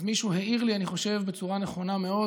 אז מישהו העיר לי, אני חושב שבצורה נכונה מאוד